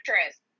actress